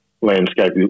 landscape